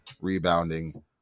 rebounding